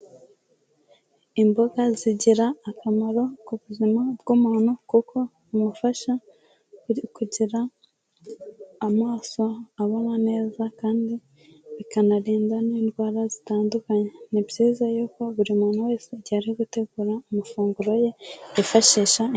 Imboga zigira akamaro ku buzima bw'umuntu kuko bimufasha kugira amaso abona neza kandi bikanarinda n'indwara zitandukanye. Ni byiza yuko buri muntu wese igihe ari gutegura amafunguro ye yifashisha...